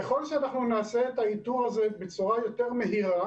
ככל שנעשה את האיתור הזה בצורה יותר מהירה